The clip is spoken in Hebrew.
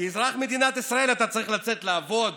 כאזרח מדינת ישראל אתה צריך לצאת לעבוד,